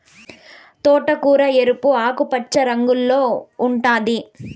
తోటకూర ఎరుపు, ఆకుపచ్చ రంగుల్లో ఉంటాది